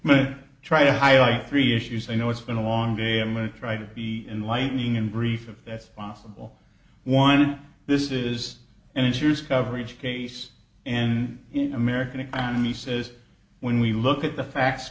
may try to highlight three issues i know it's been a long day i'm going to try to be enlightening and brief as possible one this is an insurance coverage case and in american economy says when we look at the facts